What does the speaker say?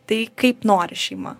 tai kaip nori šeima